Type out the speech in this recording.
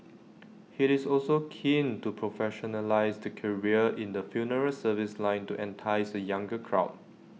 he is also keen to professionalise the career in the funeral service line to entice A younger crowd